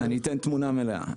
אני אתן תמונה מלאה.